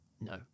no